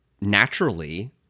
naturally